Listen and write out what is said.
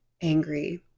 angry